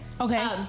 Okay